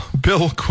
Bill